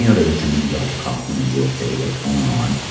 you know they were saying to me, dr. koffman, are you okay? what's going on?